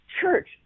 church